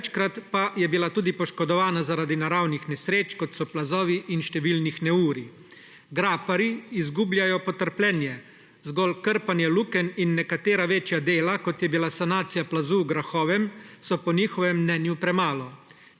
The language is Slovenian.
večkrat pa je bila tudi poškodovana zaradi naravnih nesreč, kot so plazovi, in številnih neurij. Graparji izgubljajo potrpljenje. Zgolj krpanje lukenj in nekatera večja dela, kot je bila sanacija plazu v Grahovem, so po njihovem mnenju premalo.